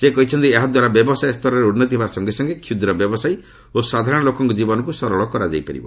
ସେ କହିଛନ୍ତି ଏହାଦ୍ୱାରା ବ୍ୟବସାୟ ସ୍ତରରେ ଉନ୍ନତି ହେବା ସଙ୍ଗେ ସଙ୍ଗେ କ୍ଷୁଦ୍ର ବ୍ୟବସାୟୀ ଓ ସାଧାରଣ ଲୋକଙ୍କ ଜୀବନକୁ ସରଳ କରାଯାଇ ପାରିବ